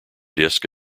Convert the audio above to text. disc